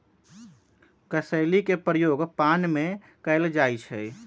कसेली के प्रयोग पान में कएल जाइ छइ